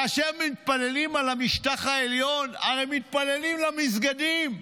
כאשר מתפללים על המשטח העליון הרי מתפללים למסגדים.